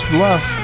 Bluff